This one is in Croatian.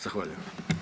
Zahvaljujem.